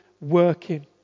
working